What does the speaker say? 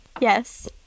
Yes